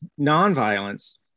nonviolence